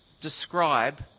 describe